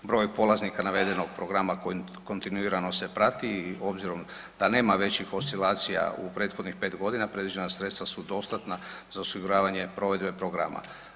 Broj polaznika navedenog programa kontinuirano se prati i obzirom da nema većih oscilacija u prethodnih pet godina predviđena sredstva su dostatna za osiguravanje provedbe programa.